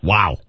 Wow